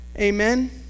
Amen